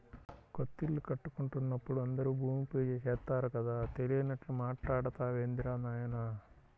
కొత్తిల్లు కట్టుకుంటున్నప్పుడు అందరూ భూమి పూజ చేత్తారు కదా, తెలియనట్లు మాట్టాడతావేందిరా నాయనా